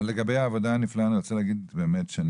לגבי העבודה הנפלאה אני רוצה להגיד באמת שאני